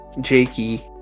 jakey